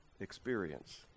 experience